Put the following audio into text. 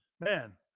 Man